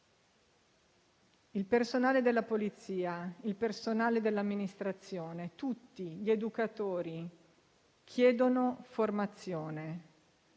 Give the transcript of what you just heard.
Il personale della Polizia, il personale dell'amministrazione e tutti gli educatori chiedono non